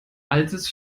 altes